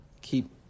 keep